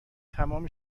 تمام